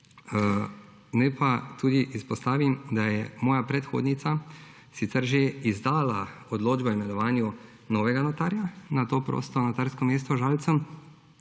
Naj pa tudi izpostavim, da je moja predhodnica sicer že izdala odločbo o imenovanju novega notarja na to prosto notarsko mesto v Žalcu,